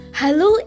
Hello